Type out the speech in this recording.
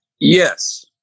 Yes